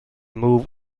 move